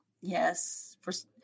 Yes